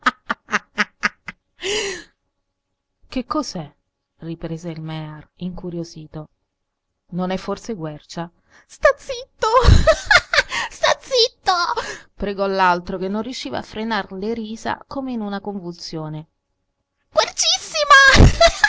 che cos'è riprese il mear incuriosito non è forse guercia sta zitto sta zitto pregò l'altro che non riusciva a frenar le risa come in una convulsione